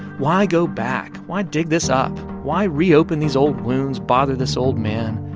why go back? why dig this up? why reopen these old wounds, bother this old man?